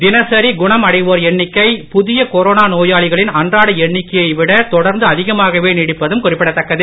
தினசரி குணம் அடைவோர் எண்ணிக்கை புதிய கொரோனா நோயாளிகளின் அன்றாட எண்ணிக்கையை விட தொடர்ந்து அதிகமாகவே நீடிப்பதும் குறிப்பிடத்தக்கது